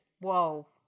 Whoa